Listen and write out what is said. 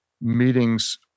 meetings